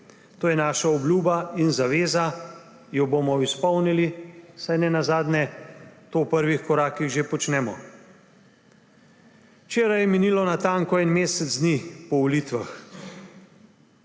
To je naša obljuba in zaveza, jo bomo izpolnili, saj ne nazadnje to v prvih korakih že počnemo. Včeraj je minilo natanko en mesec dni od volitev.